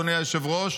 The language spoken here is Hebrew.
אדוני היושב-ראש,